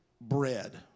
bread